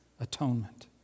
atonement